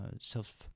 self